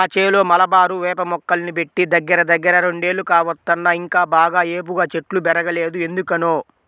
మా చేలో మలబారు వేప మొక్కల్ని బెట్టి దగ్గరదగ్గర రెండేళ్లు కావత్తన్నా ఇంకా బాగా ఏపుగా చెట్లు బెరగలేదు ఎందుకనో